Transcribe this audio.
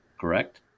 correct